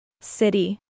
City